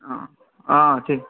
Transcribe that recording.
অ অ ঠিক